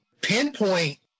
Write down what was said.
pinpoint